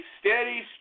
steady